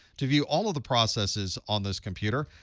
to view all of the processes on this computer,